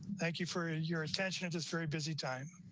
thank you for your attention. it is very busy time